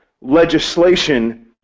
legislation